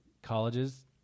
Colleges